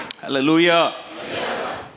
Hallelujah